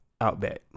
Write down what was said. Outback